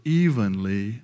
evenly